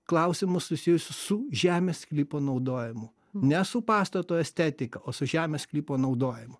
klausimus susijusius su žemės sklypo naudojimu ne su pastato estetika o su žemės sklypo naudojimu